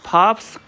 Pop's